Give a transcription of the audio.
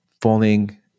falling